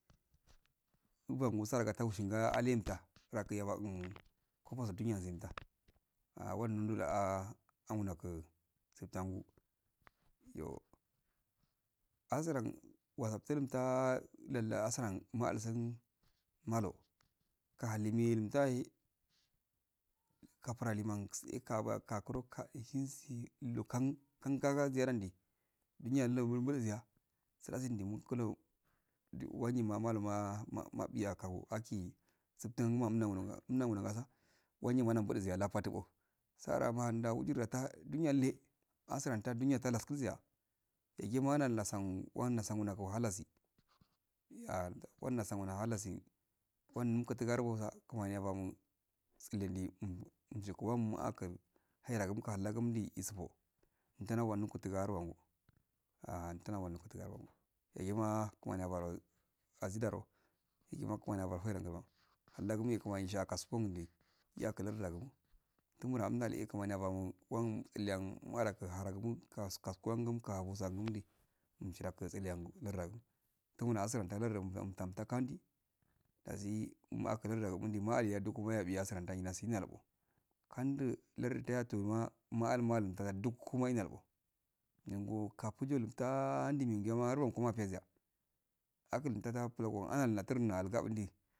Ubangu sargatau shinga aliyanta raku yabanqu kofosi dunitinda wan dunduda angunugu sitan gu iyo azrak wasu sulupta lalla asalan ma'al sun malo kahalmirin talin kafara liman se kakaro kade sensi ulu kan kan kaga ziyadade duniya yalludo mun hunsiya sul nasindehe mukulu wajimamuluma mu magiqakaho aki subdun guma umnagunoza wanyimala mbuzi tihala faduko sa'a man wijir hata dini yalle asuranta duniyal kilisya gagima nalnasan wan nasangul wahalasi wana nasan gu wahalasi wan tarbuha kunani yabamu tsilende um-unkwan muakum hara gumka hallandi isuto innatana wan nukallbo innatana wan nukallabo yagima kumani yabara azida ro yagima kuma yabama haranzuba kallagumu e kanani ya kasu bundi yakularbadmo tumuna unlmo e kumani yabamo wan iliyan maraku haragumo ka kaskangun ka wazam gundi mshiyakim tsihagum lardamu tumuna asiranta lardat mta tagordi dasi maklarda bundi maali yaduko mayabi asran ahsi nalqo kandu lardiyatuma maalma tagadukumai nalqo nyengo kakuta andimi mandinya lardonkuma pesiya akuntta planga ananturga angabuldi.